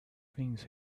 things